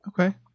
Okay